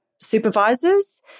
supervisors